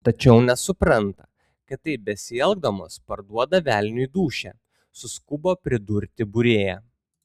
tačiau nesupranta kad taip besielgdamos parduoda velniui dūšią suskubo pridurti būrėja